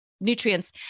nutrients